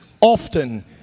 often